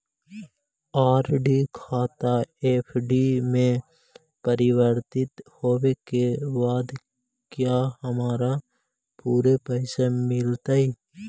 RD खाता FD में परिवर्तित होवे के बाद क्या हमारा पूरे पैसे मिलतई